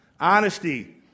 Honesty